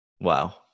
Wow